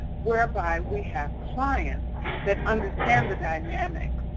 whereby we have clients that understand the dynamics